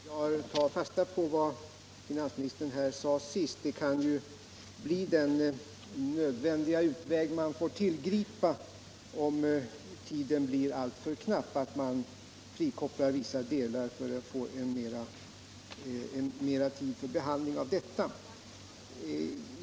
Herr talman! Jag tar fasta på vad finansministern här sade sist. Om tiden blir alltför knapp, kan det bli nödvändigt att tillgripa den utvägen att man frikopplar de delar av utredningen som fordrar en mer tidsödande beredning och behandlar dessa delar i höst.